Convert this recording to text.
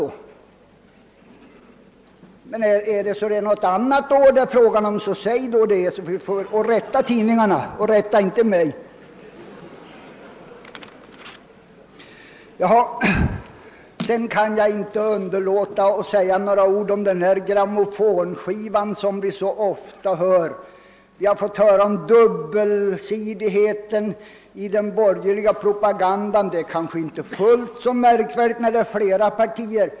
Är det fråga om något annat år, så säg då det och rätta tidningarna, men rätta inte mig! Jag kan inte underlåta att säga några ord om den där grammofonskivan där vi så ofta får höra talas om bl.a. dubbelsidigheten i den borgerliga propagandan. Att en sådan dubbelsidighet kan förekomma är kanske inte så märkvärdigt, eftersom det finns flera borgerliga partier.